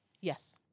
Yes